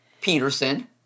Peterson